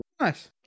Nice